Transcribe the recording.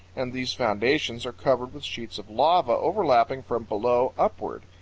and these foundations are covered with sheets of lava overlapping from below upward,